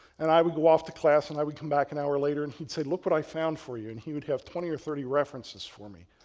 and i would go off to class and i would come back an hour later and he'd say, look what i found for you. and he would have twenty or thirty references for me.